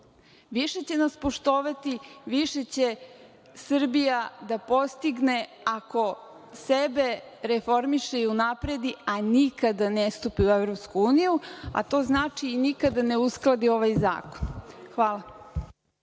Više će nas poštovati, više će Srbija da postigne ako sebe reformiše i unapredi, a nikada ne stupi u Evropsku uniju, a to znači i nikada ne uskladi ovaj zakon. Hvala.